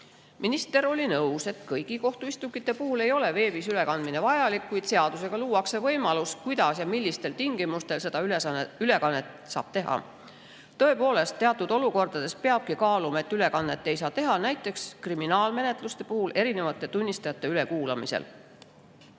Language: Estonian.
Minister oli nõus, et kõigi kohtuistungite puhul ei ole veebis ülekandmine vajalik, kuid seadusega luuakse võimalus, kuidas ja millistel tingimustel seda ülekannet saab teha. Tõepoolest, teatud olukordades peabki kaaluma, et ülekannet ei saa teha, näiteks kriminaalmenetluse puhul erinevate tunnistajate ülekuulamisel. Oluline